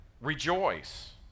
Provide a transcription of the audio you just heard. rejoice